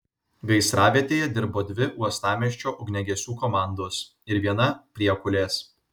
gaisravietėje dirbo dvi uostamiesčio ugniagesių komandos ir viena priekulės